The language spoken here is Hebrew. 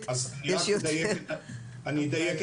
אני מדגיש